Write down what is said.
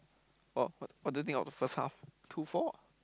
what what do you think of the first half two four